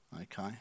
Okay